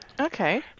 Okay